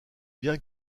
bien